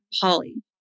Polly